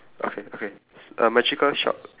okay okay err magical shop